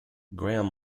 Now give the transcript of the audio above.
graham